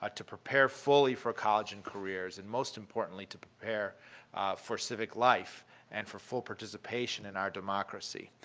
ah to prepare fully for college and careers. and most importantly to prepare for civic life and for full participation in our democracy.